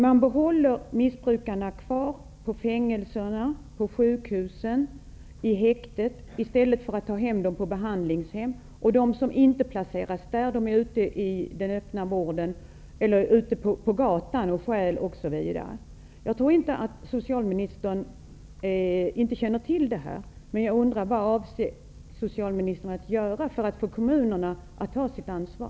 Man håller missbrukarna kvar på fängelserna, på sjukhusen och i häktena i stället för att ta in dem på behandlingshem. De som inte är placerade där är ute i den öppna vården eller ute på gatan och stjäl. Jag tror inte att socialministern är omedveten om dessa förhållanden. Vad avser socialministern att göra för att förmå kommunerna att ta sitt ansvar?